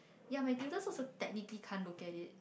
ya my tutors also technically can't look at it